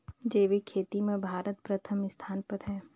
जैविक खेती म भारत प्रथम स्थान पर हे